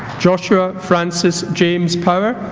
joshua francis james power